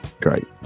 Great